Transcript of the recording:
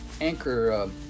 anchor